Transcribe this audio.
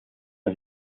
ein